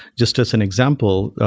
just as an example,